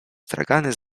stragany